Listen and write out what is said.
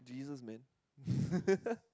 Jesus man